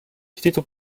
quitter